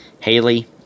Haley